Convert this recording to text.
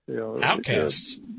outcasts